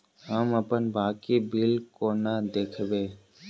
हम अप्पन बाकी बिल कोना देखबै?